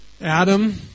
Adam